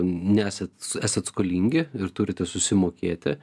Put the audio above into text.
nesat esat skolingi ir turite susimokėti